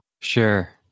Sure